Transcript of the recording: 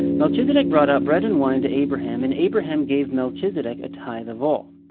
melchizedek brought out bread and wine to abraham and abraham gave melchizedek a tithe of all.